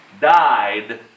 died